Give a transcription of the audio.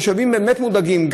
התושבים באמת מודאגים,